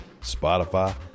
Spotify